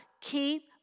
Keep